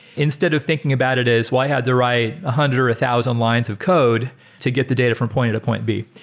instead of thinking about it as why i had to write a hundred or a thousand lines of code to get the data from point a to point b.